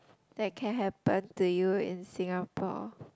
that can happen to you in Singapore